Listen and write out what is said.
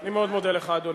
אני מאוד מודה לך, אדוני.